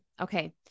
okay